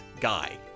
guy